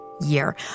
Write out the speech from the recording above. year